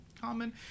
common